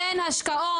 אין השקעות.